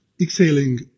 exhaling